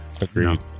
agreed